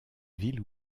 ville